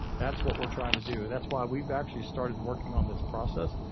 that's what we're trying to do. that's why we've actually started working on this process.